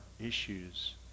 issues